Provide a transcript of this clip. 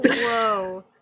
Whoa